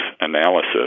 analysis